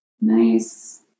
nice